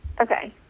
Okay